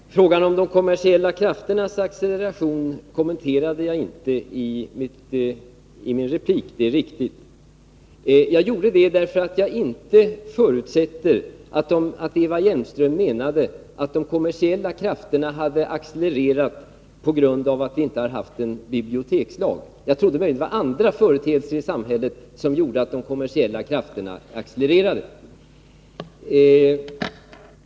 Herr talman! Frågan om de kommersiella krafternas accelereration kommenterade jag inte i min replik, det är riktigt. Jag avstod från det därför att jag förutsatte att Eva Hjelmström inte menade att de kommersiella krafterna hade accelererat på grund av att vi inte har haft en bibliotekslag. Jag trodde att det möjligen var andra företeelser i samhället som gjorde att de kommersiella krafterna accelererade.